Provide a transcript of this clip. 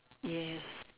yes